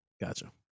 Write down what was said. Gotcha